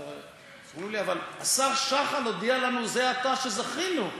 אז אמרו לי: אבל השר שחל הודיע לנו זה עתה שזכינו.